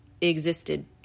existed